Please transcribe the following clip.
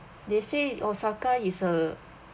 they say osaka is a